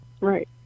right